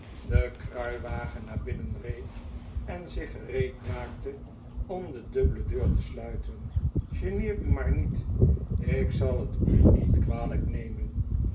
den kruiwagen naar binnen reed en zich gereedmaakte om de dubbele deur te sluiten geneer u maar niet ik zal het u niet kwalijk nemen